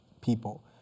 people